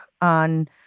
on